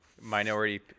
Minority